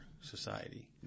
society